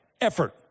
effort